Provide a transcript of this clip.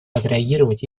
отреагировать